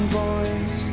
boys